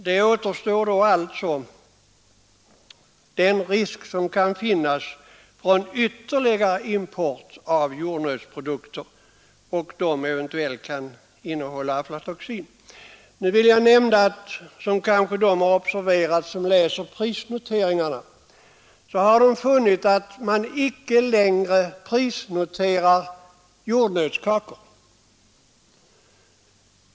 Då återstår den risk som kan finnas i samband med ytterligare import av jordnötsprodukter, som eventuellt kan innehålla aflatoxin. Som kanske de har observerat som läser prisnoteringarna, så prisnoteras icke längre jordnötskakor.